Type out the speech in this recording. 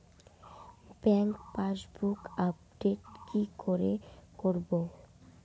Bank passbook update কি করে করবো?